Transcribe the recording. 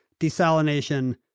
desalination